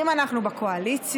אם אנחנו בקואליציה,